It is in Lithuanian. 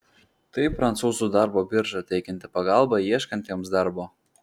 tai prancūzų darbo birža teikianti pagalbą ieškantiems darbo